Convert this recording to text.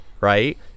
right